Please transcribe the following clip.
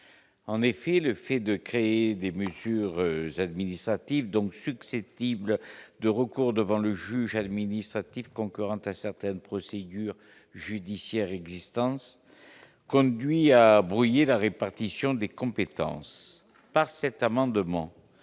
en effet le fait de créer des mesures j'administratives donc succéder de recours devant le juge administratif concurrente à certaines procédures judiciaires existence conduit à brouiller la répartition des compétences par cet amendement,